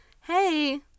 Hey